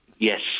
Yes